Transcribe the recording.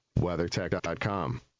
WeatherTech.com